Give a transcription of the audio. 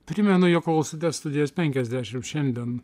primenu jog klausote studijos penkiasdešimt šiandien